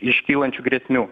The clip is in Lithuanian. iškylančių grėsmių